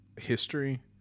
history